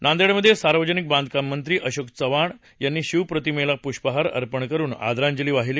नांदेडमध्ये सार्वजनिक बांधकाम मंत्री अशोकचव्हाण यांनी शिवप्रतीमेला पुष्पहार अर्पण करुन आदरांजली वाहिली